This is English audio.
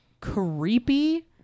creepy